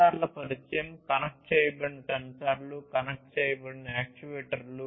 సెన్సార్ల పరిచయం కనెక్ట్ చేయబడిన సెన్సార్లు కనెక్ట్ చేయబడిన యాక్యుయేటర్లు